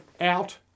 out